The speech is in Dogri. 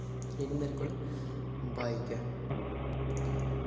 जेह्ड़ी मेरे कोल बाइक ऐ